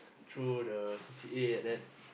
through the C_C_A like that